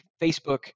Facebook –